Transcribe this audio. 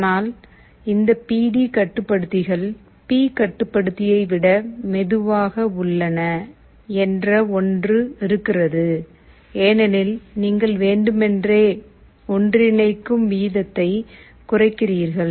ஆனால் இந்த P D கட்டுப்படுத்திகள் பி கட்டுப்படுத்தியை விட மெதுவாக உள்ளன என்ற ஒன்று இருக்கிறது ஏனெனில் நீங்கள் வேண்டுமென்றே ஒன்றிணைக்கும் வீதத்தை குறைக்கிறீர்கள்